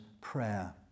prayer